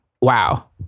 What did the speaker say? Wow